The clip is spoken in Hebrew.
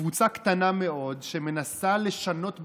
קבוצה קטנה מאוד שמנסה לשנות בכוח,